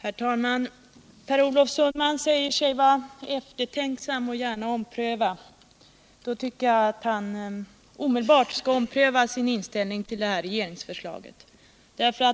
Herr talman! Per Olof Sundman säger att han är eftertänksam och gärna vill ompröva. Då tycker jag att han omedelbart skall ompröva sin inställning till det här regeringsförslaget. Efter